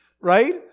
Right